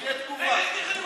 תהיה תגובה.